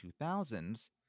2000s